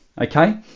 okay